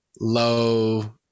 low